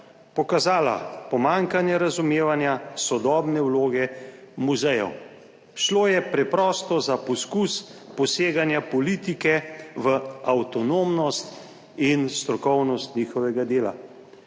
pokazala pomanjkanje razumevanja sodobne vloge muzejev. Šlo je preprosto za poskus poseganja politike v avtonomnost in strokovnost njihovega dela.